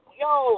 yo